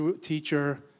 teacher